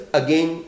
again